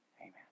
Amen